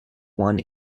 one